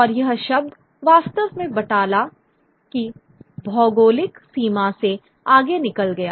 और यह शब्द वास्तव में बटाला की भौगोलिक सीमा से आगे निकल गया